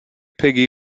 peggy